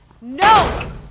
No